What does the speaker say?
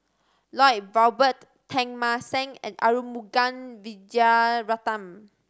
Lloyd Valberg Teng Mah Seng and Arumugam Vijiaratnam